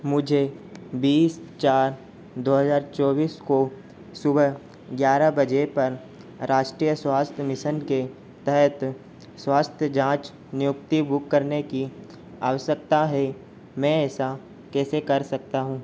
मुझे बीस चार दो हज़ार चौबीस को सुबह ग्यारह बजे पर राष्ट्रीय स्वास्थ्य मिसन के तहत स्वास्थ्य जाँच नियुक्ति बुक करने की आवश्यकता है मैं ऐसा कैसे कर सकता हूँ